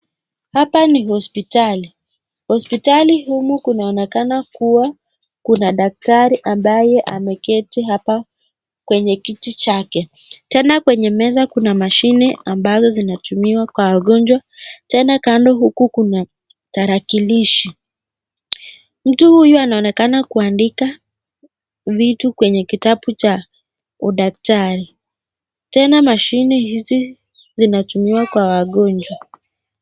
Hapa ni hospitali hospitali humu kunaonekana kuwa kuna daktari ambaye ameketi hapa kwenye kiti chake. Tena kwenye meza kuna mashine ambazo zinatumiwa kwa wagonjwa tena kando huku kuna tarakilishi. Mtu huyu anaonekana kuandika vitu kwenye kitabu cha udaktari tena mashine hizi zinatumiwa kwa wagonjwa.